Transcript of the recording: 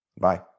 Bye